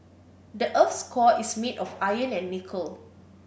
the earth's core is made of iron and nickel